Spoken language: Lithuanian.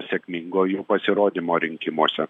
sėkmingo jų pasirodymo rinkimuose